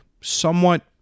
somewhat